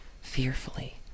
fearfully